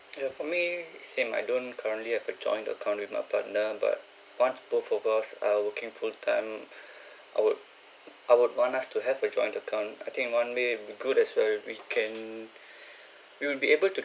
ya for me same I don't currently have a joint account with my partner but once both of us are working full-time I would I would want us to have a joint account I think one day it would be good as well we can we will be able to